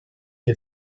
che